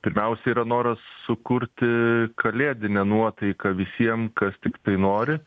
pirmiausia yra noras sukurti kalėdinę nuotaiką visiem kas tiktai nori